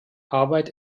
arbeit